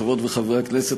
חברות וחברי הכנסת,